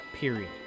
period